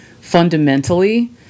fundamentally